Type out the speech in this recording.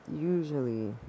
usually